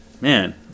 man